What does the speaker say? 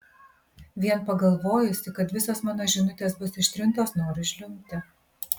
vien pagalvojusi kad visos mano žinutės bus ištrintos noriu žliumbti